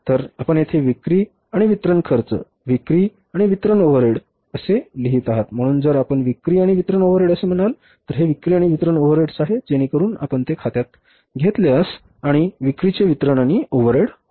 तर आपण येथे विक्री आणि वितरण खर्च विक्री आणि वितरण ओव्हरहेड येथे लिहित आहात म्हणून जर आपण विक्री आणि वितरण ओव्हरहेड असे म्हणाल तर हे विक्री आणि वितरण ओव्हरहेड्स आहे जेणेकरून आपण ते खात्यात घेतल्यास आणि विक्रीचे वितरण आणि ओव्हरहेड होईल